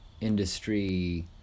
industry